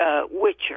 Witcher